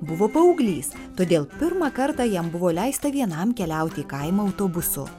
buvo paauglys todėl pirmą kartą jam buvo leista vienam keliauti kaimo autobusu